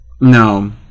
No